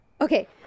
Okay